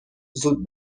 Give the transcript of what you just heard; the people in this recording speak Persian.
زود